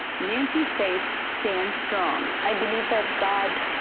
nancy's faith stands strong. i believe that god,